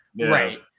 Right